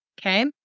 okay